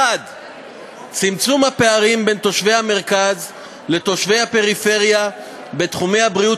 1. צמצום הפערים בין תושבי המרכז לתושבי הפריפריה בתחומי הבריאות,